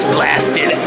Blasted